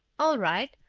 all right.